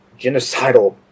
genocidal